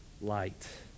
light